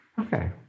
Okay